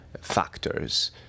factors